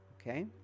Okay